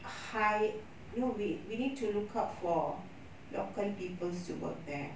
hi~ no wait we need to look out for local peoples to work there